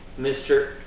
Mr